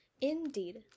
Indeed